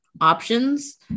options